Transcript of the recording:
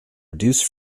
reduce